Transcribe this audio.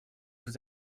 vous